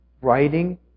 writing